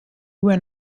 went